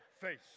face